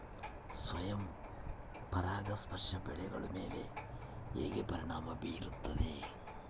ಸ್ವಯಂ ಪರಾಗಸ್ಪರ್ಶ ಬೆಳೆಗಳ ಮೇಲೆ ಹೇಗೆ ಪರಿಣಾಮ ಬೇರುತ್ತದೆ?